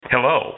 Hello